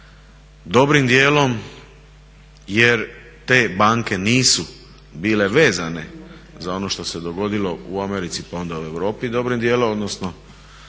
dobrim djelom jer te banke nisu bile vezane za ono što se dogodilo u Americi, pa onda u Europi